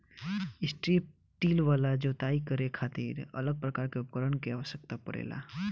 strip till वाला जोताई करे खातिर अलग प्रकार के उपकरण के आवस्यकता पड़ेला